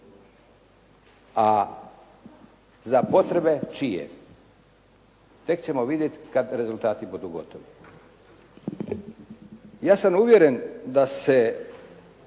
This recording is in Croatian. A za potrebe čije? Tek ćemo vidjeti kada rezultati budu gotovi. Ja sam uvjeren da se